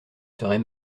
serai